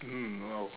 mmhmm !wow!